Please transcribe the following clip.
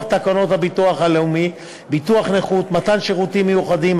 תקנות הביטוח הלאומי (ביטוח נכות) (מתן שירותים מיוחדים),